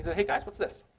hey guys, what's this?